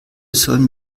sollen